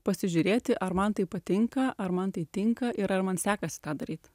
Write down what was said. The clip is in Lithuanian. pasižiūrėti ar man tai patinka ar man tai tinka ir ar man sekasi tą daryt